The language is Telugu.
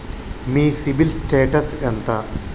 మీ సిబిల్ స్టేటస్ ఎంత?